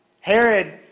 Herod